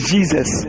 Jesus